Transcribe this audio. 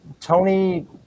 Tony